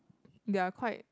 they're quite